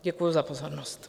Děkuji za pozornost.